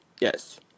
Yes